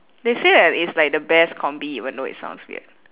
they say that it's like the best combi even though it sounds weird